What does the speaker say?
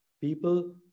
People